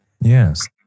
Yes